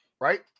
right